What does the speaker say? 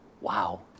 Wow